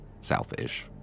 South-ish